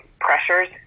pressures